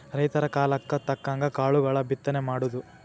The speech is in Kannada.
ರೈತರ ಕಾಲಕ್ಕ ತಕ್ಕಂಗ ಕಾಳುಗಳ ಬಿತ್ತನೆ ಮಾಡುದು